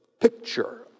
picture